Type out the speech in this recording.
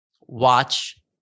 watch